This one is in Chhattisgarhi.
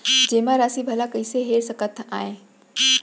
जेमा राशि भला कइसे हेर सकते आय?